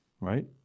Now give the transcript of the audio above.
right